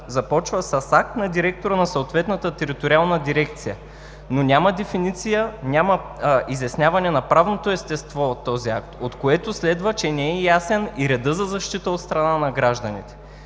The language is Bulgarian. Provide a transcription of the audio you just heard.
започва с акт на директора на съответната териториална дирекция, но няма дефиниция, няма изясняване на правното естество от този акт, от което следва, че не е ясен и редът за защита от страна на гражданите.